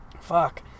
Fuck